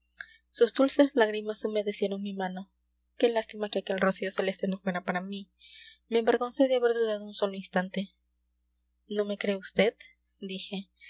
sus dulces lágrimas humedecieron mi mano qué lástima que aquel rocío celeste no fuera para mí me avergoncé de haber dudado un solo instante no me cree vd dije